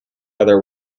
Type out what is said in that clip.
other